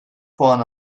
puan